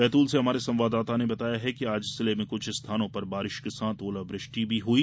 बैतूल से हमारे संवददाता ने बताया कि आज जिले में कुछ स्थानों पर बारिश के साथ ओलावृष्टि भी हई